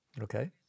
Okay